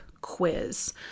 quiz